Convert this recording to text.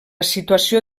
situació